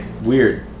Weird